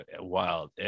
wild